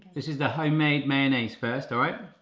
this is the homemade mayonnaise first, alright?